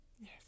Yes